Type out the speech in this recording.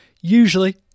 usually